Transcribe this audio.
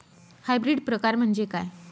Hybrid प्रकार म्हणजे काय?